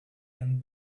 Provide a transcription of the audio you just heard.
and